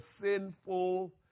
sinful